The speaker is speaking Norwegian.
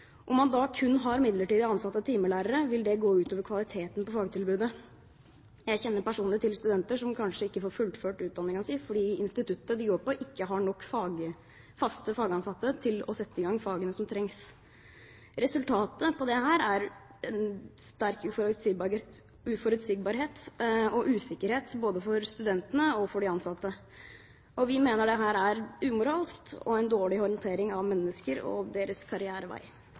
Om man da kun har midlertidig ansatte timelærere, vil det gå ut over kvaliteten på fagtilbudet. Jeg kjenner personlig til studenter som kanskje ikke får fullført utdanningen sin fordi instituttet de går på, ikke har nok faste fagansatte til å sette i gang fagene som trengs. Resultatet av dette er en sterk uforutsigbarhet og usikkerhet både for studentene og for de ansatte. Vi mener dette er umoralsk og en dårlig håndtering av mennesker og deres karrierevei.